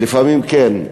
לפעמים כן,